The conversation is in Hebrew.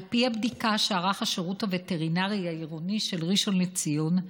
על פי הבדיקה שערך השירות הווטרינרי העירוני של ראשון לציון,